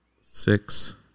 six